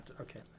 okay